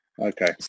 okay